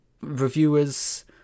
reviewers